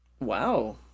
Wow